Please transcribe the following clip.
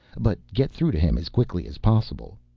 but get through to him as quickly as possible.